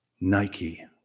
Nike